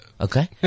Okay